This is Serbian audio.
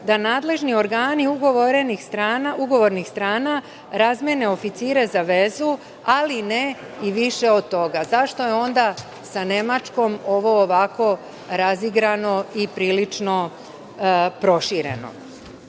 da nadležni organi ugovornih strana razmene oficire za vezu, ali ne i više od toga. Zašto je onda sa Nemačkom ovo ovako razigrano i prilično prošireno? Sada